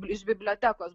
iš bibliotekos